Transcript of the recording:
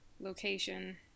location